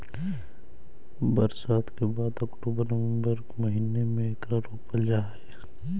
बरसात के बाद अक्टूबर नवंबर के महीने में एकरा रोपल जा हई